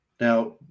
Now